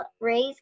raise